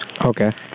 Okay